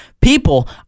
people